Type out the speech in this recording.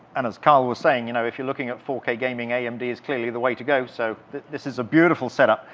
and as kyle was saying, you know if you're looking at four k gaming, amd is clearly the way to go, so this is a beautiful setup.